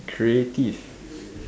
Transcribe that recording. creative